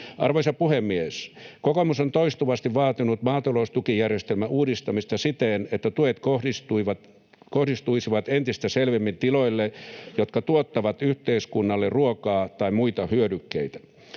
Arvoisa puhemies! Kokoomus on toistuvasti vaatinut maataloustukijärjestelmän uudistamista siten, että tuet kohdistuisivat entistä selvemmin tiloille, jotka tuottavat yhteiskunnalle ruokaa tai muita hyödykkeitä.